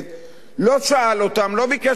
לא שאל אותם, לא ביקש מהם הסברים,